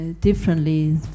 differently